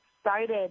started